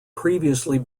previously